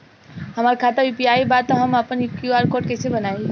हमार खाता यू.पी.आई बा त हम आपन क्यू.आर कोड कैसे बनाई?